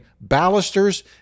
balusters